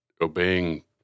obeying